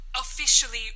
officially